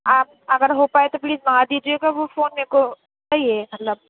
آپ اگر ہو پائے تو پلیز منگا دیجیے گا وہ فون میرے کو چاہیے مطلب